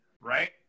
Right